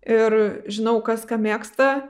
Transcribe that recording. ir žinau kas ką mėgsta